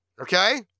Okay